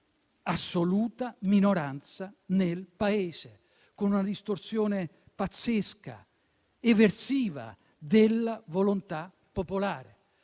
assoluta minoranza nel Paese, con una distorsione pazzesca - eversiva - della volontà popolare.